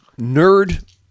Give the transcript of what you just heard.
nerd